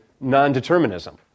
non-determinism